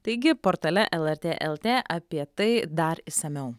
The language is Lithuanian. taigi portale lrt lt apie tai dar išsamiau